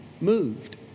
moved